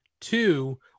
two